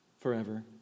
forever